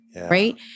right